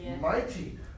mighty